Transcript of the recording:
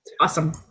Awesome